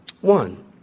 One